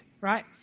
right